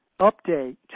update